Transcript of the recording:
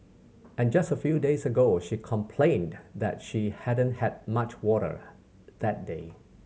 and just a few days ago she complained that she hadn't had much water that day